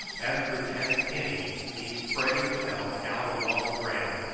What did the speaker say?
as for jack penny, he spread himself out along the ground,